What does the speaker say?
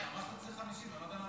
מה פתאום 50?